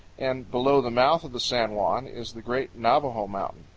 and below the mouth of the san juan is the great navajo mountain.